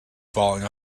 falling